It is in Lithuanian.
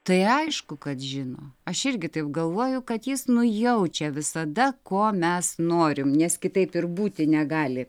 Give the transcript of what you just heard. tai aišku kad žino aš irgi taip galvoju kad jis nujaučia visada ko mes norim nes kitaip ir būti negali